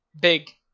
big